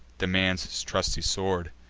demands his trusty sword.